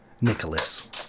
Nicholas